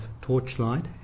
torchlight